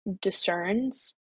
discerns